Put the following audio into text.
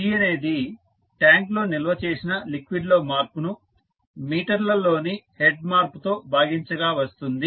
C అనేది ట్యాంక్లో నిల్వ చేసిన లిక్విడ్ లో మార్పు ను మీటర్లలోని హెడ్ మార్పుతో భాగించగా వస్తుంది